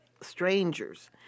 strangers